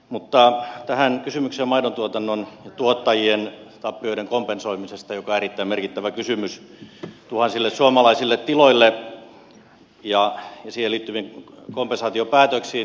mutta tähän kysymykseen maidontuotannon ja tuottajien tappioiden kompensoimisesta joka on erittäin merkittävä kysymys tuhansille suomalaisille tiloille ja siihen liittyviin kompensaatiopäätöksiin